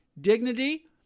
dignity